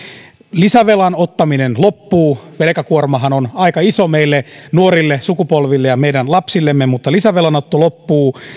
lisävelan ottaminen loppuu velkakuormahan on aika iso meille nuorille sukupolville ja meidän lapsillemme mutta lisävelanotto loppuu